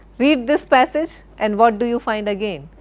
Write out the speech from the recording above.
read this passage and what do you find again?